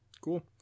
Cool